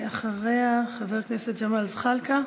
ואחריה, חבר הכנסת ג'מאל זחאלקה.